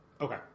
Okay